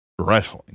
wrestling